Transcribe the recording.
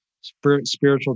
Spiritual